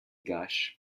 gush